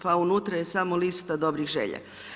Pa unutra je samo lista dobrih želja.